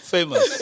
Famous